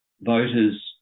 voters